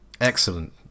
Excellent